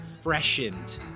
freshened